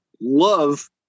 love